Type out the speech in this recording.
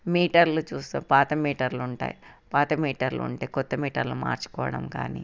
మీటర్లు చూస్తే పాత మీటర్లు ఉంటాయి పాత మీటర్లు ఉంటే కొత్త మీటర్లు మార్చుకోవడం కానీ